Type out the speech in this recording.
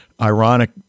ironic